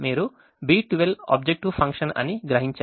మీరు B12 objective function అని గ్రహించారు